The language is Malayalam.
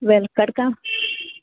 വിലക്കെടുക്കാം